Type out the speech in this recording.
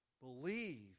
Believe